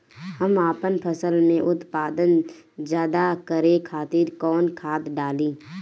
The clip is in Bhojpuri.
हम आपन फसल में उत्पादन ज्यदा करे खातिर कौन खाद डाली?